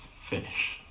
Finish